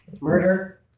Murder